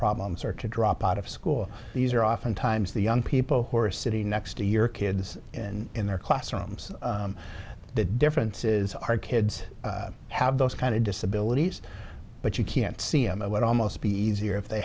problems or to drop out of school these are often times the young people who are sitting next to your kids in their classrooms the difference is our kids have those kind of disabilities but you can't see m i would almost be easier if they